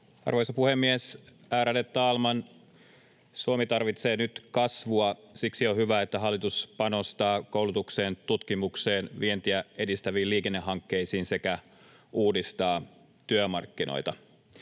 Arvoisa puhemies, ärade talman! Suomi tarvitsee nyt kasvua. Siksi on hyvä, että hallitus panostaa koulutukseen, tutkimukseen, vientiä edistäviin liikennehankkeisiin sekä uudistaa työmarkkinoita.